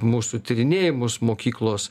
mūsų tyrinėjimus mokyklos